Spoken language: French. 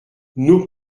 nos